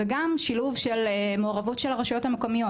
וגם שילוב של מעורבות של הרשויות המקומיות